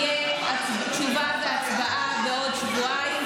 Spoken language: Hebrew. אני מוכנה שיהיו תשובה והצבעה בעוד שבועיים,